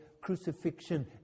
crucifixion